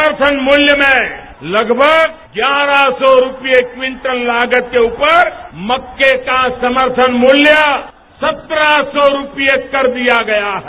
समर्थन मूल्य में लगभग ग्यारह सौ रूपए क्विंटल लागत के ऊपर मक्के का समर्थन मूल्य सत्रह सौ रूपए कर दिया गया है